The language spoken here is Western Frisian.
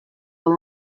wol